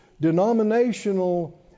denominational